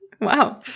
Wow